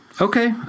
Okay